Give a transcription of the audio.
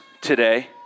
today